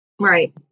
Right